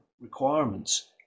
requirements